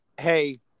hey